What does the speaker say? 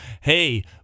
Hey